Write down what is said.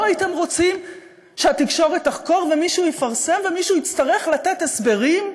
לא הייתם רוצים שהתקשורת תחקור ומישהו יפרסם ומישהו יצטרך לתת הסברים?